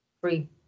free